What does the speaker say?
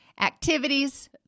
activities